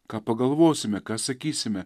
ką pagalvosime ką sakysime